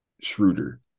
Schroeder